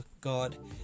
God